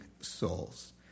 souls